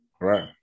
Right